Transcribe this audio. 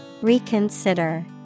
Reconsider